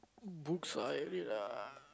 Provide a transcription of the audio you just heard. books I read ah